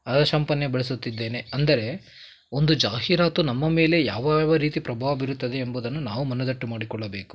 ಅದೇ ಶ್ಯಾಂಪನ್ನೇ ಬಳಸುತ್ತಿದ್ದೇನೆ ಅಂದರೆ ಒಂದು ಜಾಹೀರಾತು ನಮ್ಮ ಮೇಲೆ ಯಾವ ಯಾವ ರೀತಿ ಪ್ರಭಾವ ಬೀರುತ್ತದೆ ಎಂಬುದನ್ನು ನಾವು ಮನದಟ್ಟು ಮಾಡಿಕೊಳ್ಳಬೇಕು